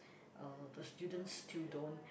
uh the students still don't